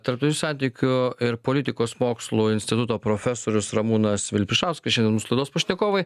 tarptautinių santykių ir politikos mokslų instituto profesorius ramūnas vilpišauskas šiandien mūsų laidos pašnekovai